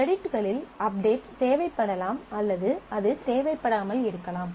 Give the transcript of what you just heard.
கிரெடிட்களில் update தேவைப் படலாம் அல்லது அது தேவைப் படாமல் இருக்கலாம்